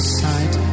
sight